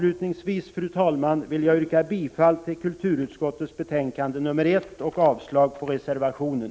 Fru talman! Jag yrkar bifall till utskottets hemställan och avslag på reservationen.